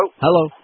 Hello